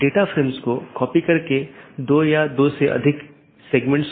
जैसा कि हमने पहले उल्लेख किया है कि विभिन्न प्रकार के BGP पैकेट हैं